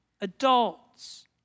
adults